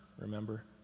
remember